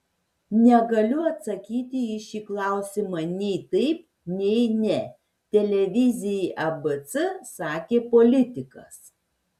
negaliu atsakyti į šį klausimą nei taip nei ne televizijai abc sakė politikas